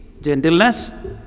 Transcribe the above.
Gentleness